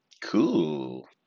Cool